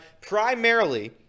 primarily